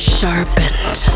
sharpened